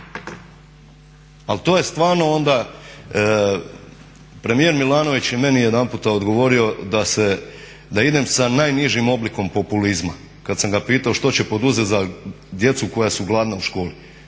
Ali to je stvarno onda, premijer Milanović je meni jedanputa odgovorio da idem sa najnižim oblikom populizma. Kad sam ga pitao što će poduzeti za djecu koja su gladna u školi?